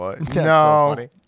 no